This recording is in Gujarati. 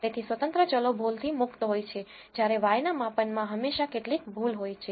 તેથી સ્વતંત્ર ચલો ભૂલ થી મુક્ત હોય છે જ્યારે y ના માપનમાં હંમેશાં કેટલીક ભૂલ હોય છે